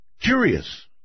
curious